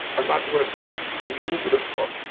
i'm not doing it for that. i'm in for this book.